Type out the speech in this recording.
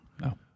No